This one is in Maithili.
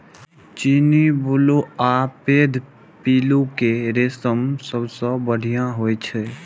चीनी, बुलू आ पैघ पिल्लू के रेशम सबसं बढ़िया होइ छै